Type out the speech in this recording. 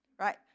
right